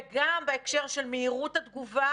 וגם בהקשר של מהירות התגובה